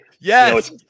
Yes